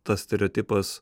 tas stereotipas